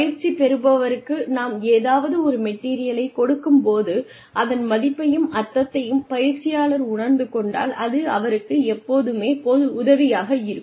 பயிற்சிபெறுபவருக்கு நாம் ஏதாவது ஒரு மெட்டீரியலை கொடுக்கும் போது அதன் மதிப்பையும் அர்த்தத்தையும் பயிற்சியாளர் உணர்ந்து கொண்டால் அது அவருக்கு எப்போதுமே உதவியாக இருக்கும்